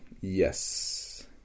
Yes